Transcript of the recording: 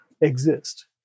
exist